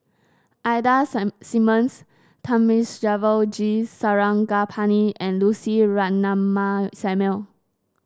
Ida Simmons Thamizhavel G Sarangapani and Lucy Ratnammah Samuel